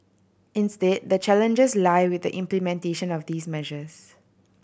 instead the challenges lie with the implementation of these measures